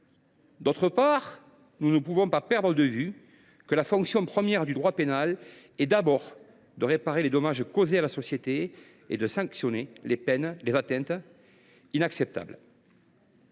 D’autre part, ne perdons pas de vue que la fonction première du droit pénal est de réparer les dommages causés à la société et de sanctionner les atteintes inacceptables.